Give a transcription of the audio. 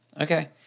Okay